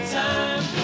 time